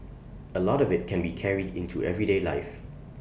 A lot of IT can be carried into everyday life